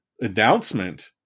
announcement